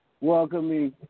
welcoming